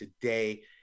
today